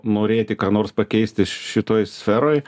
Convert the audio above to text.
norėti ką nors pakeisti šitoj sferoj